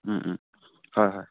হয় হয়